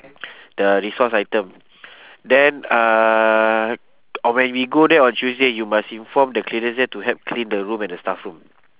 the resource item then uh oh when we go there on tuesday you must inform the cleaners there to help clean the room and the staff room